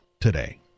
today